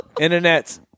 Internet